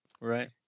right